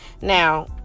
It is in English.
Now